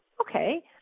okay